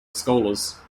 scholars